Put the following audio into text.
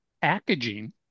packaging